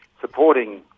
supporting